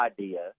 idea